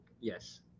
Yes